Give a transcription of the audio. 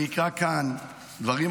אני אקרא כאן דברים,